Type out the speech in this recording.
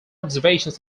observations